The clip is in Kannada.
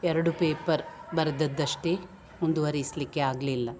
ಎರಡು ಪೇಪರ್ ಬರ್ದದ್ದಷ್ಟೇ ಮುಂದುವರಿಸಲಿಕ್ಕೆ ಆಗಲಿಲ್ಲ